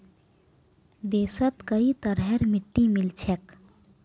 देशत कई तरहरेर मिट्टी मिल छेक